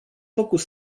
făcut